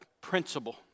principle